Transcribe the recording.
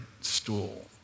stool